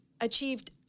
achieved